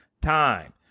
time